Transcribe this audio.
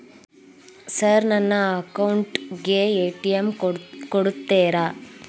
Sir ನನ್ನ account ಗೆ ATM ಕೊಡುತ್ತೇರಾ?